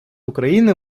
україни